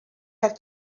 have